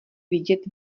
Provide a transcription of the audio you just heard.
vidět